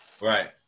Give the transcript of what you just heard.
Right